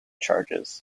charges